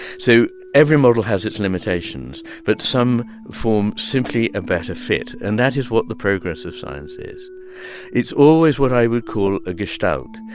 so every model has its limitations, but some form, simply, a better fit. and that is what the progress of science is it's always what i would call a gestalt.